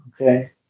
Okay